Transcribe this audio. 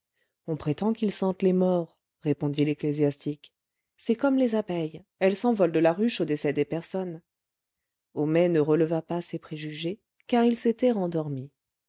on prétend qu'ils sentent les morts répondit l'ecclésiastique c'est comme les abeilles elles s'envolent de la ruche au décès des personnes homais ne releva pas ces préjugés car il s'était rendormi